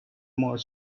more